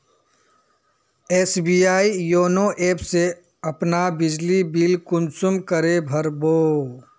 SBI YONO app से अपना बिजली बिल कुंसम करे भर बो?